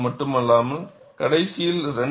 இது மட்டுமல்லாமல் கடைசி 2